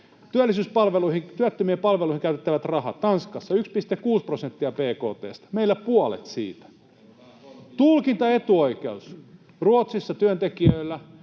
työttömien palveluihin käytettävät rahat: Tanskassa 1,6 prosenttia bkt:stä, meillä puolet siitä. Tulkintaetuoikeus: Ruotsissa työntekijöillä,